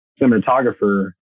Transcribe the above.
cinematographer